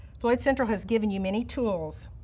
floyd central has given you many tools,